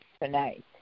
tonight